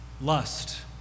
lust